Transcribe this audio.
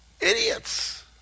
Idiots